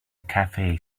cafe